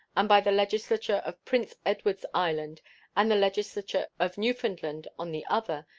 and by the legislature of prince edwards island and the legislature of newfoundland on the other,